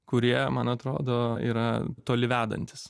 kurie man atrodo yra toli vedantys